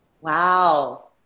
wow